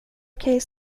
okej